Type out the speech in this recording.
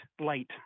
light